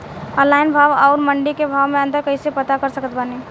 Online भाव आउर मंडी के भाव मे अंतर कैसे पता कर सकत बानी?